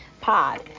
pod